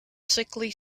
sickly